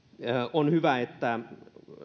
on hyvä että